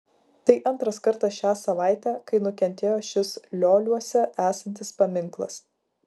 tai antras kartas šią savaitę kai nukentėjo šis lioliuose esantis paminklas